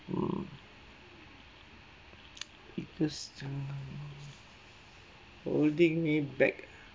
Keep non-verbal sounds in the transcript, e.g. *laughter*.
mm *noise* biggest um holding me back